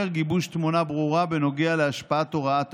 גיבוש תמונה ברורה בנוגע להשפעת הוראת השעה.